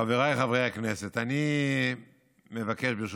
חבריי חברי הכנסת, אני מבקש, ברשותך,